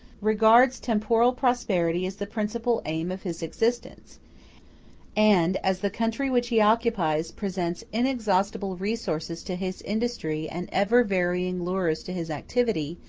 regards temporal prosperity as the principal aim of his existence and as the country which he occupies presents inexhaustible resources to his industry and ever-varying lures to his activity,